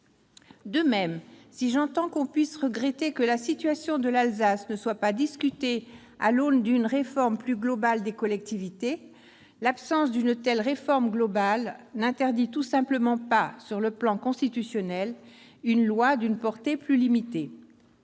De même, si je comprends que l'on puisse regretter que la situation de l'Alsace ne soit pas discutée à l'aune d'une réforme plus globale des collectivités, l'absence d'une telle réforme n'interdit pas, sur le plan constitutionnel, une loi d'une portée plus limitée.